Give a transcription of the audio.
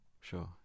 Sure